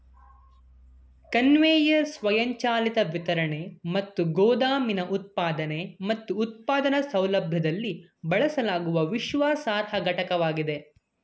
conveyor ಸ್ವಯಂಚಾಲಿತ ವಿತರಣೆ ಮತ್ತು ಗೋದಾಮಿನ ಉತ್ಪಾದನೆ ಮತ್ತು ಉತ್ಪಾದನಾ ಸೌಲಭ್ಯದಲ್ಲಿ ಬಳಸಲಾಗುವ ವಿಶ್ವಾಸಾರ್ಹ ಘಟಕವಾಗಿದೆ